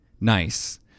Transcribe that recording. Nice